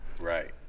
Right